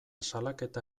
salaketa